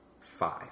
Five